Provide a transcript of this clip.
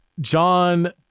john